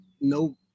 no